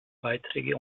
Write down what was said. beiträge